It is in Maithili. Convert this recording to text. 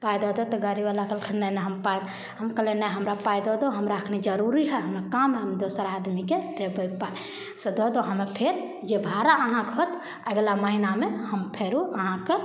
पाइ दऽ देत तऽ गाड़ी बला कहलकै नहि नहि हम पाइ हम कहलियै नहि हमरा पाइ दऽ दू हमरा अखनी जरूरी है हमरा काम है हम दोसर आदमीके देबै पाइ से दऽ दू हमे फेर जे भाड़ा अहाँके होत अगिला महीनामे हम फेरो अहाँके